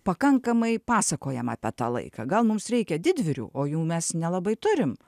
pakankamai pasakojam apie tą laiką gal mums reikia didvyrių o jų mes nelabai turim